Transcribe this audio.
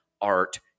art